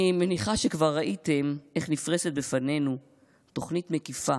אני מניחה שכבר ראיתם איך נפרסת בפנינו תוכנית מקיפה